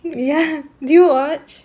ya did you watch